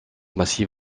massive